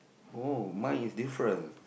oh mine is different